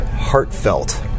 Heartfelt